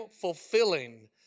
fulfilling